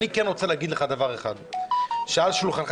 אני כן רוצה להגיד לך דבר אחד: שעל שולחנך